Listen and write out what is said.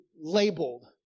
labeled